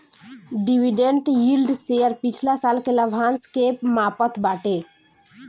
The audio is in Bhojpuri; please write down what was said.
डिविडेंट यील्ड शेयर पिछला साल के लाभांश के मापत बाटे